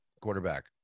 quarterback